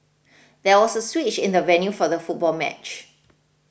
there was a switch in the venue for the football match